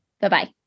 Bye-bye